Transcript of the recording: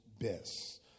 best